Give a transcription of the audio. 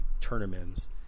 tournaments